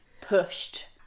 pushed